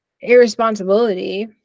irresponsibility